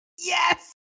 yes